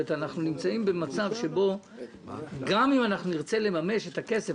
אנחנו נמצאים במצב שבו גם אם נרצה לממש את הכסף,